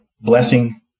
blessing